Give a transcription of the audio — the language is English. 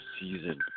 season